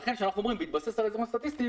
לכן כשאנחנו אומרים "בהתבסס על האזורים הסטטיסטיים"